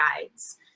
guides